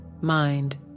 mind